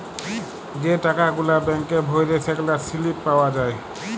যে টাকা গুলা ব্যাংকে ভ্যইরে সেগলার সিলিপ পাউয়া যায়